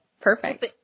perfect